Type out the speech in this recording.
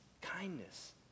kindness